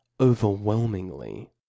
overwhelmingly